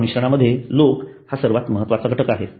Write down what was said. सेवा मिश्रणामध्ये लोक हा सर्वात महत्वाचा घटक आहे